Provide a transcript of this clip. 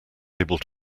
able